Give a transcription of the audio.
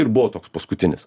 ir buvo toks paskutinis